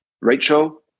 Rachel